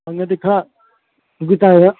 ꯐꯪꯉꯗꯤ ꯈꯔ